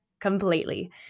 completely